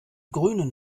grünen